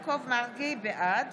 בעד